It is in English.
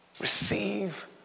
Receive